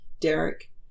derek